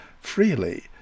freely